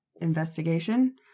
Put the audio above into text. investigation